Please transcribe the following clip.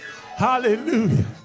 Hallelujah